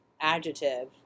adjective